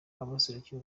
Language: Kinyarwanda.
abaserukiye